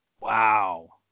Wow